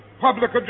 public